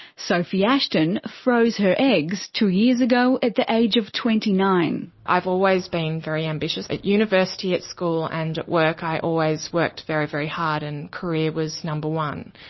sophie ashton froze her eggs two years ago at the age of twenty nine. i've always been very ambitious. at university, at school and at work, i always worked very, very hard and career was number one.